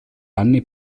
anni